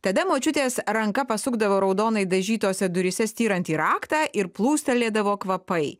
tada močiutės ranka pasukdavo raudonai dažytose duryse styrantį raktą ir plūstelėdavo kvapai